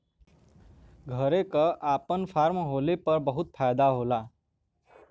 घरे क आपन फर्म होला पे बहुते फायदा होला